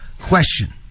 question